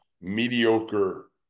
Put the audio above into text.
mediocre